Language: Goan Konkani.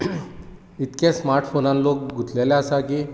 इतले स्मार्टफोनांत लोक गुथलेले आसा की